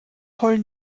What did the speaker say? heulen